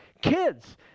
kids